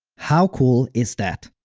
how cool is that?